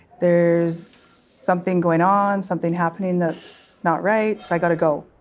there's something going on, something happening that's not right so i got to go.